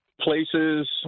places